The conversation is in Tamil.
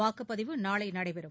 வாக்குப்பதிவு நாளை நடைபெறம்